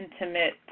intimate